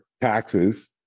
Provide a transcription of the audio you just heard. taxes